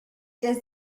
does